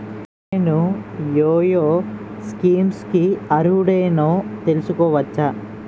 నేను యే యే స్కీమ్స్ కి అర్హుడినో తెలుసుకోవచ్చా?